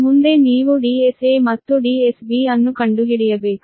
ಮುಂದೆ ನೀವು DSA ಮತ್ತು DSB ಅನ್ನು ಕಂಡುಹಿಡಿಯಬೇಕು